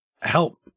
help